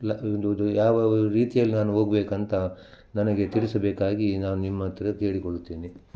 ಇಲ್ಲ ಯಾವ ರೀತಿಯಲ್ಲಿ ನಾನು ಹೋಗ್ಬೇಕಂತ ನನಗೆ ತಿಳಿಸಬೇಕಾಗಿ ನಾನು ನಿಮ್ಮ ಹತ್ತಿರ ಕೇಳಿಕೊಳ್ಳುತ್ತೇನೆ